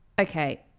Okay